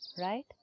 Right